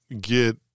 get